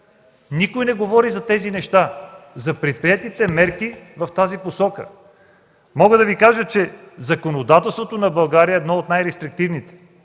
Никой не говори за тези неща – за предприетите мерки в тази посока. Мога да кажа, че законодателството на България е едно от най-рестриктивните.